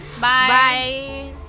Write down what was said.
bye